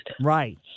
Right